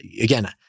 again